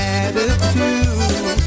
attitude